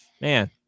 Man